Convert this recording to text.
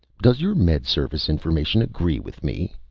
does your med service information agree with me?